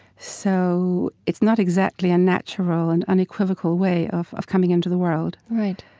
so it's not exactly a natural and unequivocal way of of coming into the world right